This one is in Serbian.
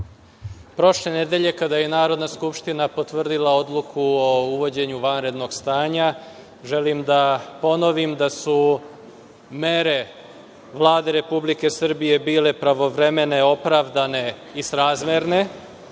prošle nedelje, kada je Narodna skupština potvrdila odluku o uvođenju vanrednog stanja, želim da ponovim da su mere Vlade Republike Srbije bile pravovremene, opravdane i srazmerne.